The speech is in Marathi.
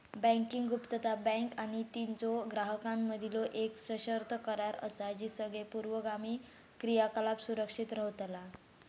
बँकिंग गुप्तता, बँक आणि तिच्यो ग्राहकांमधीलो येक सशर्त करार असा की सगळे पूर्वगामी क्रियाकलाप सुरक्षित रव्हतला